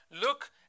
look